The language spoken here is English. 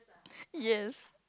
yes